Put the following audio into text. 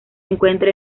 encuentra